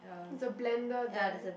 the blender there